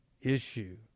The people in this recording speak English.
issue